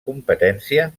competència